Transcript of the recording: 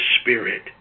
spirit